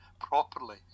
properly